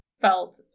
felt